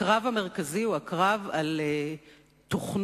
הקרב המרכזי הוא הקרב על תוכנו,